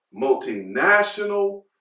multinational